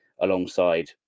alongside